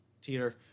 teeter